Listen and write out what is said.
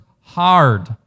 hard